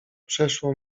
przeszło